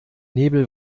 nebel